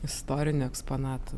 istorinių eksponatų